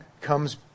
comes